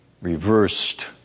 Reversed